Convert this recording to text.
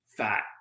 fat